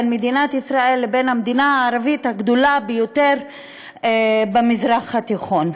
בין מדינת ישראל לבין המדינה הערבית הגדולה ביותר במזרח התיכון.